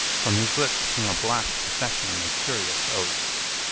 from his lips came a black procession of curious oaths.